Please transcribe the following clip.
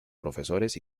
profesores